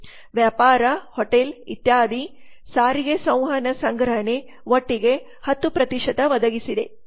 ವ್ಯಾಪಾರ ಹೋಟೆಲ್ ಇತ್ಯಾದಿ ಸಾರಿಗೆ ಸಂವಹನ ಸಂಗ್ರಹಣೆ ಒಟ್ಟಿಗೆ 10 ಒದಗಿಸಿದೆ